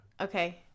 Okay